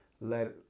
let